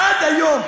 עד היום,